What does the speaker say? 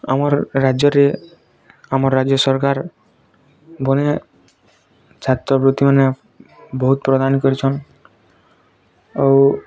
ଆମର୍ ରାଜ୍ୟ ରେ ଆମର୍ ରାଜ୍ୟ ସରକାର୍ ଛାତ୍ର ବୃତ୍ତି ମାନେ ବହୁତ୍ ପ୍ରଦାନ୍ କରିଛନ୍ ଆଉ